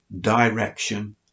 direction